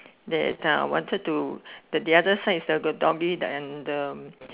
there uh wanted to the the other side the doggie and um